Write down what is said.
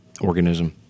organism